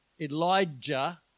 Elijah